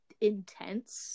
intense